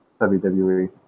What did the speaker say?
WWE